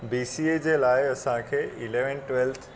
B C A जे लाइ असांखे इलैवंथ ट्वैल्थ